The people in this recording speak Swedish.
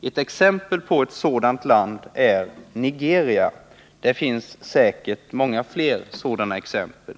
Exempel på ett sådant land är Nigeria. Det finns säkerligen många fler exempel.